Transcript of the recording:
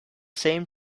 same